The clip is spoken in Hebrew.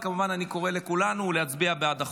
וכמובן, אני קורא לכולנו להצביע בעד החוק.